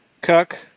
Cook